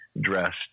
dressed